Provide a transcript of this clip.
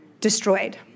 destroyed